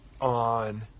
on